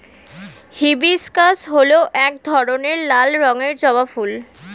hibiscus হল এক ধরনের লাল রঙের জবা ফুল